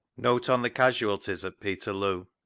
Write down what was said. note on the casualties at peterloo.